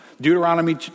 Deuteronomy